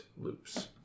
loops